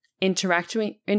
interacting